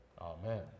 Amen